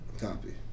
Copy